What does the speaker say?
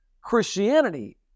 Christianity